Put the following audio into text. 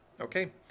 Okay